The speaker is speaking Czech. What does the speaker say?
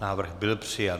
Návrh byl přijat.